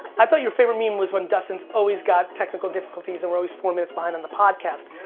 i thought your favorite meme was when dustin's always got technical difficulties and we're always four minutes behind on the podcast,